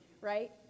right